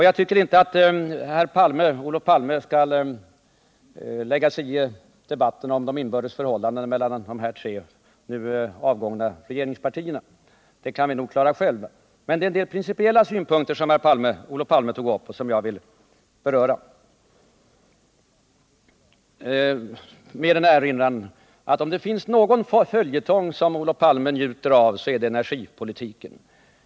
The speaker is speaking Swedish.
Jag tycker inte heller att Olof Palme skall lägga sig i debatten om de inbördes förhållandena mellan de här tre nu avgångna regeringspartierna. Den debatten kan vi nog klara själva. Jag vill beröra en del av de principiella synpunkter som Olof Palme tog upp. Om det är någon följetong som Olof Palme njuter av så är det den om energipolitiken.